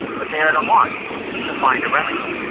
but they are at a loss to find a remedy.